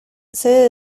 sede